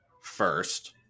first